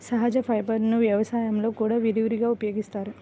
సహజ ఫైబర్లను వ్యవసాయంలో కూడా విరివిగా ఉపయోగిస్తారు